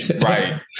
Right